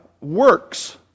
works